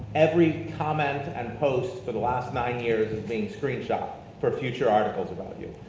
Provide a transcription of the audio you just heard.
every comment and post for the last nine years is being screenshot for future articles about you.